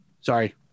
sorry